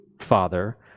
Father